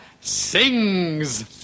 sings